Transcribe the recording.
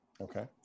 Okay